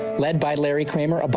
led by larry kramer, but